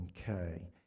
Okay